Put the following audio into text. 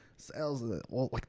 Sales